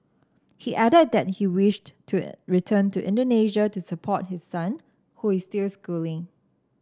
he added that he wished to return to Indonesia to support his son who is still schooling